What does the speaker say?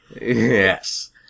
Yes